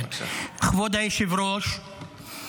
כבוד היושב-ראש,